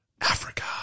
Africa